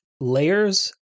layers